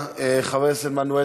חבר הכנסת יוסי יונה.